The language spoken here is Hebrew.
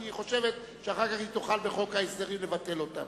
כי היא חושבת שאחר כך היא תוכל בחוק ההסדרים לבטל אותן,